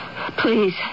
Please